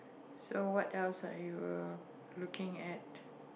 so what else are you looking at